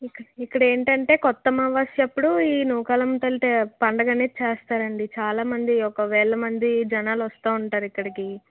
ఇక్క ఇక్కడ ఏంటంటే కొత్త అమావాస్య అప్పుడు ఈ నూకాలమ్మ తల్లి పండుగ అనేది చేస్తారు అండి చాలామంది ఒక వేలమంది జనాలు వస్తు ఉంటారు ఇక్కడికి